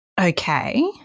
Okay